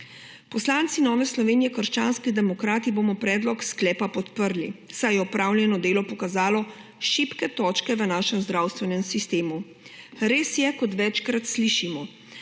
Poslanci Nove Slovenije - krčanski demokrati bomo predlog sklepa podprli, saj je opravljeno delo pokazalo šibke točke v našem zdravstvenem sistemu. Res je, kot večkrat slišimo,